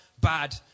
Bad